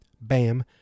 bam